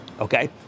okay